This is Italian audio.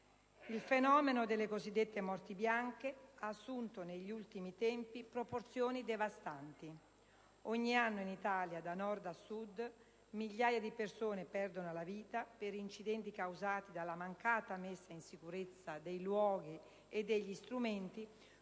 Il fenomeno delle cosiddette morti bianche ha assunto negli ultimi tempi proporzioni devastanti: ogni anno in Italia, da Nord a Sud, migliaia di persone perdono la vita per incidenti causati dalla mancata messa in sicurezza dei luoghi e degli strumenti